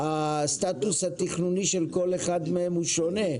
הסטטוס התכנוני של כל אחד מהם הוא שונה.